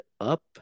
up